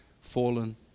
fallen